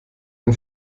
ein